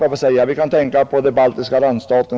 Vi kan tänka t.ex. på de baltiska randstaterna.